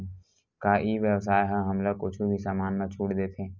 का ई व्यवसाय ह हमला कुछु भी समान मा छुट देथे?